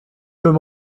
peut